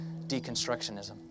deconstructionism